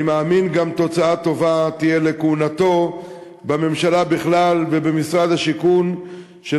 אני מאמין שתהיה תוצאה טובה לכהונתו בממשלה בכלל ובמשרד השיכון בפרט,